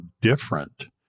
different